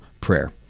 prayer